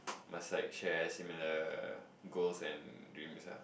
must like share similar goals and dreams ah